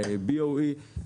ה-BOE,